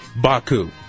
Baku